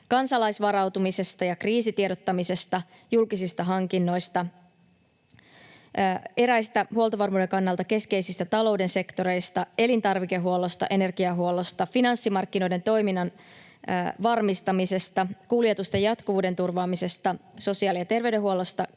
kansalaisvarautumisesta ja kriisitiedottamisesta, julkisista hankinnoista, eräistä huoltovarmuuden kannalta keskeisistä talouden sektoreista, elintarvikehuollosta, energiahuollosta, finanssimarkkinoiden toiminnan varmistamisesta, kuljetusten jatkuvuuden turvaamisesta, sosiaali- ja terveydenhuollosta,